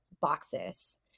boxes